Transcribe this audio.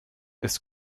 ist